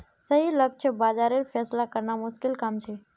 सही लक्ष्य बाज़ारेर फैसला करना मुश्किल काम छे